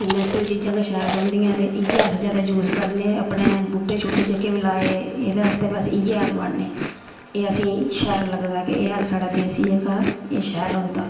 ते नैचुरल चीजां गै शैल रौंह्दियां ते इ'यै अस ज्यादा यूज करने अपने बूह्टे छूहटे जेह्के बी लाए एह्दे आस्तै अस इ'यै हैल पान्ने एह् असेंई शैल लगदा कि एह् हैल साढ़ा देसी ऐ जेह्का एह् शैल होंदा